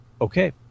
okay